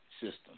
system